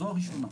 זו הראשונה.